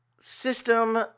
system